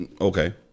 Okay